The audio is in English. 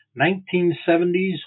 1970s